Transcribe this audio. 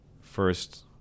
first